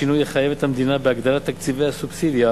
השינוי יחייב את המדינה בהגדלת תקציבי הסובסידיה